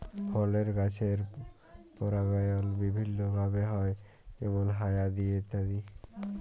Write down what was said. ফলের গাছের পরাগায়ল বিভিল্য ভাবে হ্যয় যেমল হায়া দিয়ে ইত্যাদি